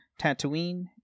Tatooine